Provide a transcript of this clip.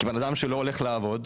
כיוון שבנאדם לא הולך לעבוד,